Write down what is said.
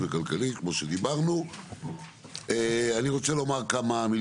אני רוצה לומר כמה מילים.